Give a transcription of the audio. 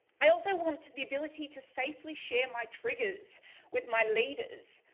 i also want the ability to safely share my triggers with my leaders,